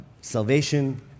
salvation